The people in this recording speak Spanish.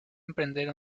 emprender